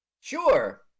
sure